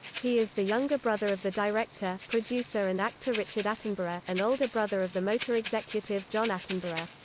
he is the younger brother of the director, producer and actor richard attenborough, and older brother of the motor executive john attenborough.